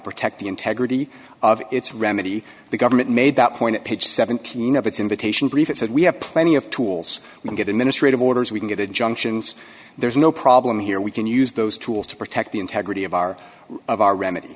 protect the integrity of its remedy the government made that point at page seventeen of its invitation brief it said we have plenty of tools we can get administrative orders we can get injunctions there's no problem here we can use those tools to protect the integrity of our of our re